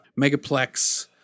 megaplex